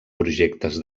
projectes